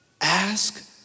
Ask